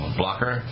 blocker